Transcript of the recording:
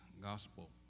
Gospel